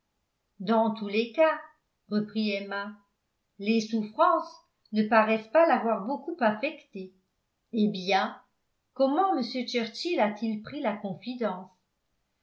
dans tous les cas reprit emma les souffrances ne paraissent pas l'avoir beaucoup affecté eh bien comment m churchill a-t-il pris la confidence